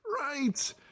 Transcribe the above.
right